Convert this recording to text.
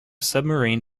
submarine